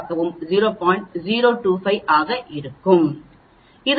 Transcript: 025 ஆக இருக்கும்